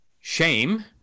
Shame